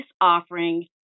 offering